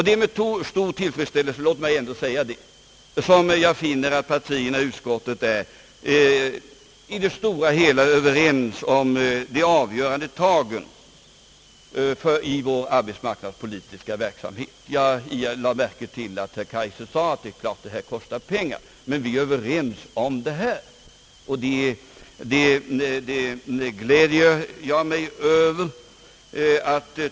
Det är med stor tillfredsställelse, låt mig ändå säga det, som jag finner att partierna i utskottet är i det stora hela överens om de avgörande tagen i vår arbetsmarknadspolitiska verksamhet. Jag lade märke till att herr Kaijser sade, att det är klart att åtgärderna kostar pengar men att vi är överens om att genomföra dem, och det gläder jag mig över.